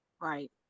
right